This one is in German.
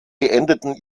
beendeten